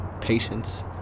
patience